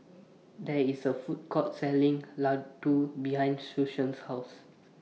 There IS A Food Court Selling Ladoo behind Susan's House